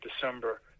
December